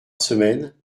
semaine